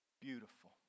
beautiful